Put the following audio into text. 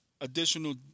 additional